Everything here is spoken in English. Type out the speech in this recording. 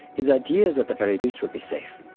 his ideas at the very least would be safe.